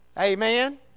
Amen